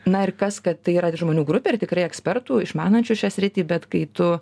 na ir kas kad tai yra žmonių grupė ir tikrai ekspertų išmanančių šią sritį bet kai tu